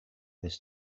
this